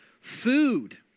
food